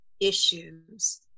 issues